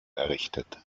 errichtet